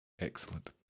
Excellent